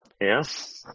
Yes